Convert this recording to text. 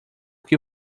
que